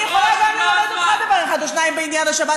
אני יכולה ללמד אותך דבר אחד או שניים בעניין השבת,